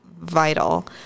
vital